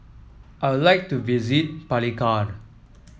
I like to visit Palikir